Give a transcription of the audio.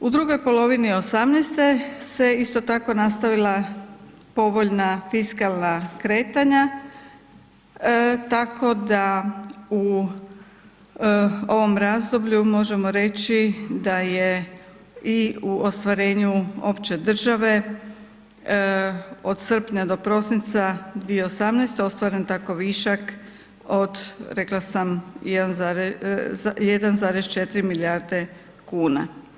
U drugoj polovini 2018. se isto tako nastavila povoljna fiskalna kretanja, tako da u ovom razdoblju možemo reći da je i u ostvarenju opće države od srpnja do prosinca 2018. ostvaren tako višak rekla sam od 1,4 milijarde kuna.